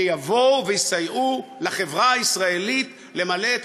שיבואו ויסייעו לחברה הישראלית למלא את